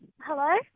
Hello